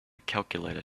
calculator